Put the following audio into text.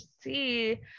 see